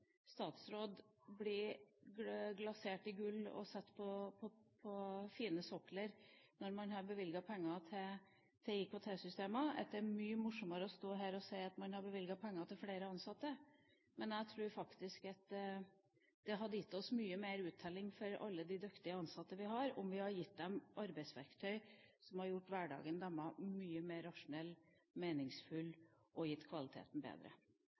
statsråd blir glasert i gull og satt på fin sokkel når man har bevilget penger til IKT-systemer. Det er mye morsommere å stå her og si at man har bevilget penger til flere ansatte, men jeg tror faktisk at det hadde gitt mye mer uttelling om vi hadde gitt alle de dyktige ansatte et arbeidsverktøy som hadde gjort hverdagen deres mye mer rasjonell, meningsfull og gjort kvaliteten bedre.